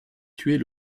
tuer